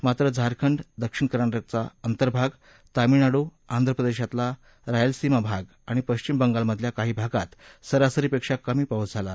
मात्र झारखंड दक्षिण कर्नाटकाचा आंतर्भाग तामीळनाडू आंध्र प्रदेशातला रायलसीमा भागआणि पक्षिम बंगालमधल्या काही भागात सरासरीपेक्षा कमी पाऊस झाला